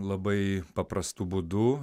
labai paprastu būdu